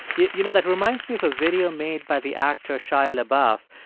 you you know, that reminds me of a video made by the actor shia labeouf.